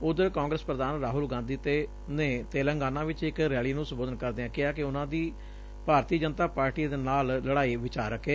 ਉਧਰ ਕਾਂਗਰਸ ਪ੍ਰਧਾਨ ਰਾਹੁਲ ਗਾਂਧੀ ਨੇ ਤੇਲਗਾਨਾ ਚ ਇਕ ਰੈਲੀ ਨੁੰ ਸੰਬੋਧਨ ਕਰਦਿਆਂ ਕਿਹਾ ਕਿ ਉਨ੍ਹਾਂ ਦੀ ਭਾਰਤੀ ਜਨਤਾ ਪਾਰਟੀ ਦੇ ਨਾਲ ਲੜਾਈ ਵਿਚਾਰਕ ਏ